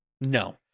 No